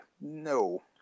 No